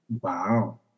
Wow